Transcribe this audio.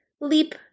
leap